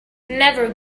never